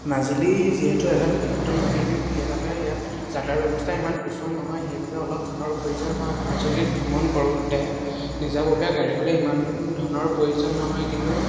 মাজুলী যিহেতু এজন বৃহত্তম নদীদ্বীপ সেইবাবে ইয়াত যাতায়ত ব্যৱস্থা ইমান সুচল নহয় সেইবাবে অলপ ধনৰ প্ৰয়োজন হয় মাজুলীত ভ্ৰমণ কৰোঁতে নিজাববীয়া গাড়ী হ'লে ইমান ধনৰ প্ৰয়োজন নহয় কিন্তু